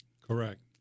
Correct